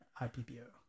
I-P-P-O